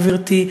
גברתי,